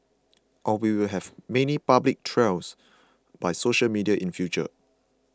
or we will have many public trials by social media in future